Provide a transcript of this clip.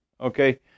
okay